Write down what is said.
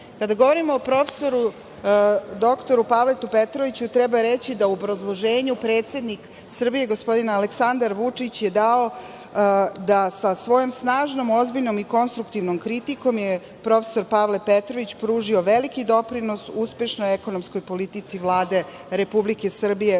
Kada govorimo o prof. dr Pavlu Petroviću, treba reći da je u obrazloženju predsednik Srbije gospodin Aleksandar Vučić dao - sa svojom snažnom, ozbiljnom i konstruktivnom kritikom prof. Pavle Petrović je pružio veliki doprinos uspešnoj ekonomskoj politici Vlade Republike Srbije